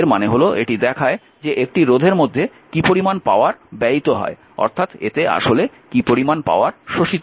এর মানে হল এটি দেখায় যে একটি রোধের মধ্যে কী পরিমান পাওয়ার ব্যয়িত হয় অর্থাৎ এতে আসলে কী পরিমান পাওয়ার শোষিত হয়